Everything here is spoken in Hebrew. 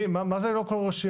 מה זה "לא כל ראש עיר"?